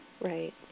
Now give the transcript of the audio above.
Right